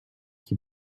qui